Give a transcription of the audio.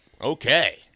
okay